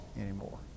anymore